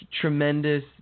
tremendous